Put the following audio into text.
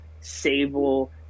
Sable